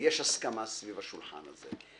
הסכמה סביב השולחן הזה.